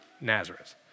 Nazareth